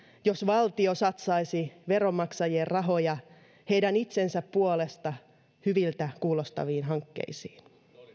jos valtio satsaisi veronmaksajien rahoja heidän itsensä puolesta hyviltä kuulostaviin hankkeisiin